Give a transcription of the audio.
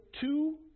two